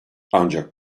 ancak